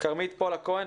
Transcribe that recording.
כרמית פולק כהן,